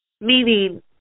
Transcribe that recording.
Meaning